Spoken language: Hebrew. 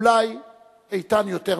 אולי איתן יותר מתמיד.